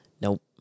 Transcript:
nope